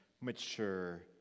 mature